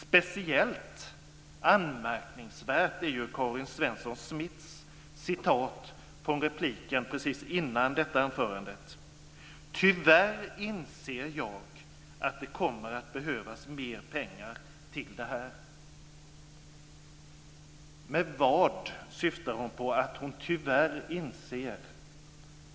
Speciellt anmärkningsvärt är Karin Svensson Smiths citat från repliken precis innan detta anförande, nämligen att hon tyvärr inser att det kommer att behövas mer pengar till detta. Vad syftar hon på att hon "tyvärr" inser?